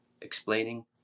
explaining